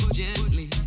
gently